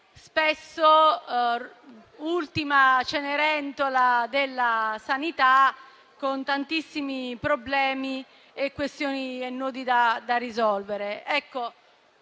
spesso ultima cenerentola della sanità, con tantissimi problemi, questioni e nodi da risolvere.